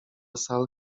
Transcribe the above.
sal